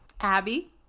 Abby